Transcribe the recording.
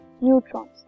neutrons